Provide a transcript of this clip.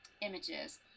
images